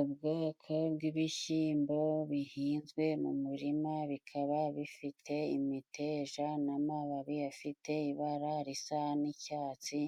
Ubwoko bw'ibishyimbo bihinzwe mu murima bikaba bifite imiteja n'amababi afite ibara risa n'icyatsi,